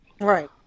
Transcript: Right